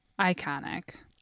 Iconic